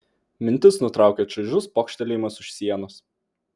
mintis nutraukė čaižus pokštelėjimas už sienos